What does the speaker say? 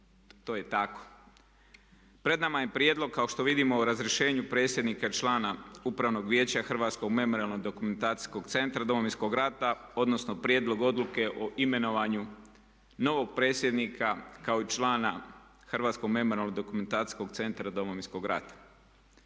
to je tako. Pred nama je prijedlog kao što vidimo o razrješenju predsjednika člana Upravnog vijeća Hrvatskog memorijalno-dokumentacijskog centra Domovinskog rata odnosno prijedlog Odluke o imenovanju novog predsjednika kao i člana Hrvatskog memorijalno-dokumentacijskog centra Domovinskog rata.